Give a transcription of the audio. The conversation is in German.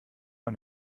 man